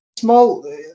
small